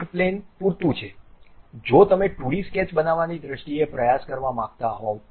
એક પ્લેન પૂરતું છે જો તમે 2D સ્કેચ બનાવવાની દ્રષ્ટિએ પ્રયાસ કરવા માંગતા હોવ તો